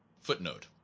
Footnote